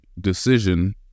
decision